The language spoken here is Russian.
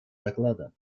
доклада